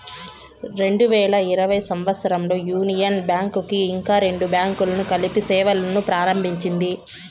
రెండు వేల ఇరవై సంవచ్చరంలో యూనియన్ బ్యాంక్ కి ఇంకా రెండు బ్యాంకులను కలిపి సేవలును ప్రారంభించింది